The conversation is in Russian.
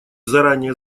заранее